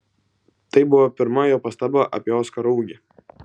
tai buvo pirma jo pastaba apie oskaro ūgį